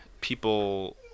people